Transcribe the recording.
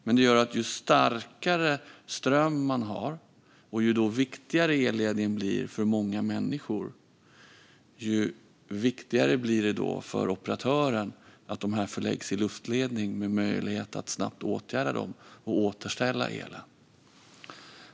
Men ju starkare ström man har och ju viktigare elledningen är för många människor, desto viktigare blir det för operatören att den byggs som luftledning med möjlighet att snabbt åtgärda den och återställa elen.